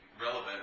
relevant